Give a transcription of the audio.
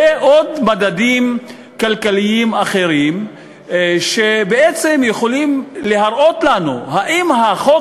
ועוד מדדים כלכליים אחרים שבעצם יכולים להראות לנו אם החוק